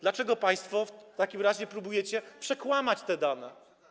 Dlaczego państwo w takim razie próbujecie przekłamać te dane?